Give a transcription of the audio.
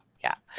yeah.